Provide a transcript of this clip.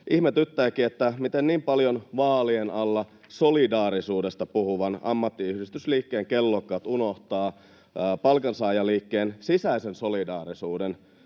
ihmetyttääkin, että miten niin paljon vaalien alla solidaarisuudesta puhuvan ammattiyhdistysliikkeen kellokkaat unohtavat palkansaajaliikkeen sisäisen solidaarisuuden